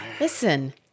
Listen